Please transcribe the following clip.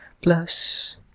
Plus